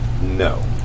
No